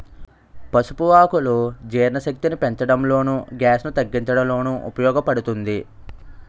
పసుపు ఆకులు జీర్ణశక్తిని పెంచడంలోను, గ్యాస్ ను తగ్గించడంలోనూ ఉపయోగ పడుతుంది